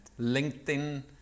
LinkedIn